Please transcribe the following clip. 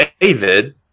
David